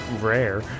rare